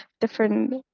different